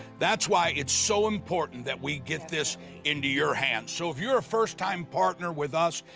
that's why it's so important that we get this into your hands. so if you're a first time partner with us,